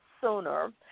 sooner